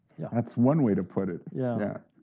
yeah, that's one way to put it. yeah.